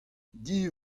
div